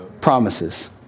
promises